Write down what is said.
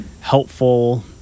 helpful